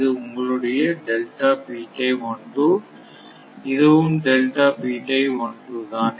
இது உங்களுடைய இதுவும் தான்